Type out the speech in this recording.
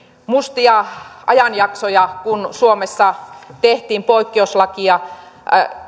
mustia ajanjaksoja kun suomessa tehtiin poikkeuslakia